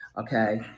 okay